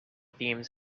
themes